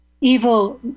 evil